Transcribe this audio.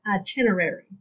itinerary